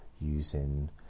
using